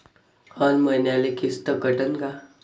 हर मईन्याले किस्त कटन का?